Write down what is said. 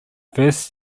first